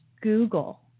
Google